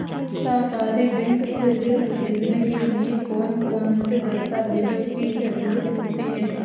सहकारी बैंक से ऋण ख़रीदने के लिए कौन कौन से दस्तावेजों की ज़रुरत होती है?